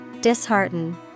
Dishearten